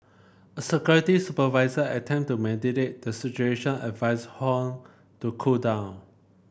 a security supervisor attempted to mediate the situation and advised Huang to cool down